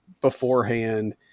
beforehand